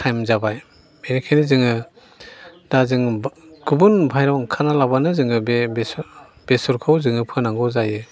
time जाबाय बेनिखायनो जोङो दा जोङो गुबुन बाहेरायाव ओंखारालाबानो जोङो बे बेसरखौ जोङो फोनांगौ जायो